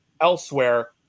elsewhere